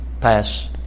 pass